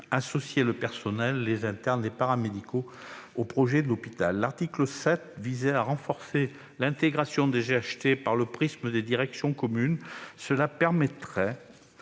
associer le personnel, les internes et les paramédicaux au projet de l'hôpital. L'article 7 avait pour objet de renforcer l'intégration des GHT par le prisme des directions communes. Cela permettait,